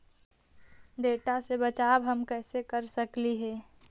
टीडा से बचाव हम कैसे कर सकली हे?